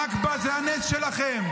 הנכבה זה הנס שלכם.